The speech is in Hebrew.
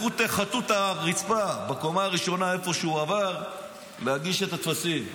לכו תחטאו את הרצפה בקומה הראשונה איפה שהוא עבר להגיש את הטפסים.